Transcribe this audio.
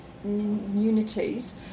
communities